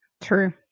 True